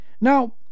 now